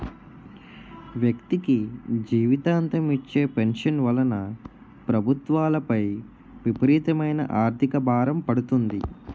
వ్యక్తికి జీవితాంతం ఇచ్చే పెన్షన్ వలన ప్రభుత్వాలపై విపరీతమైన ఆర్థిక భారం పడుతుంది